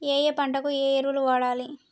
ఏయే పంటకు ఏ ఎరువులు వాడాలి?